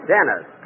Dennis